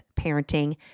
parenting